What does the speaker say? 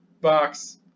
box